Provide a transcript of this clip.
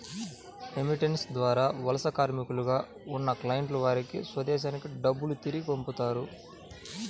remittance ద్వారా వలస కార్మికులుగా ఉన్న క్లయింట్లు వారి స్వదేశానికి డబ్బును తిరిగి పంపుతారు